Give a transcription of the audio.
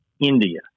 India